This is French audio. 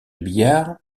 billard